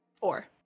Four